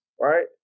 Right